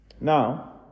Now